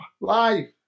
life